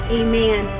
amen